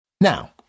Now